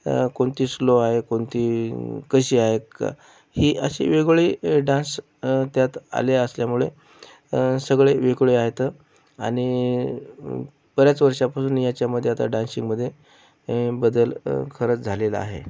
कोणती स्लो आहे कोणती कशी आहे काय ही अशी वेगवेगळी डान्स त्यात आले असल्यामुळे सगळे वेगवेगळे आहेत आणि बऱ्याच वर्षांपासून ह्याच्यामध्ये आता डान्शिंगमध्ये बदल खरंच झालेला आहे